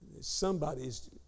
somebody's